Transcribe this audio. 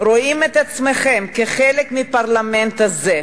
רואים את עצמכם כחלק מהפרלמנט הזה,